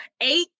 eight